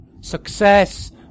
Success